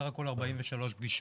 סך הכול 43 ישיבות פגישות.